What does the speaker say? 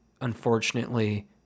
unfortunately